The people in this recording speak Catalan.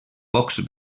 pocs